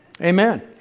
Amen